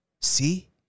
See